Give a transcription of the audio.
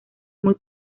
muy